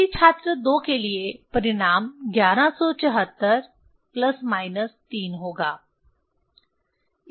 यदि छात्र 2 के लिए परिणाम 1174 प्लस माइनस 3 होगा